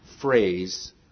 phrase